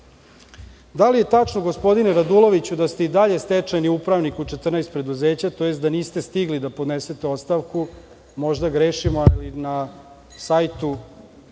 li je tačno, gospodine Raduloviću, da ste i dalje stečajni upravnik u 14 preduzeća, tj. da niste stigli da podnesete ostavku? Možda grešimo, ali na sajtu